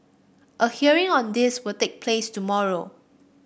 a hearing on this will take place tomorrow